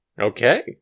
Okay